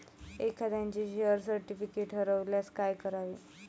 एखाद्याचे share certificate हरवल्यास काय करावे?